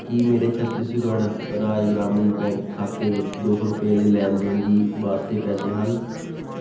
ਕੀ ਮੇਰੇ ਛੱਤੀਸਗੜ੍ਹ ਰਾਜ ਗ੍ਰਾਮੀਣ ਬੈਂਕ ਖਾਤੇ ਵਿੱਚ ਦੋ ਸੌ ਰੁਪਏ ਦੇ ਲੈਣ ਦੇਣ ਦੀ ਵਾਸਤੇ ਪੈਸੇ ਹਨ